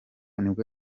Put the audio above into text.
nibwo